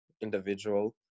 individual